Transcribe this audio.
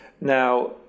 Now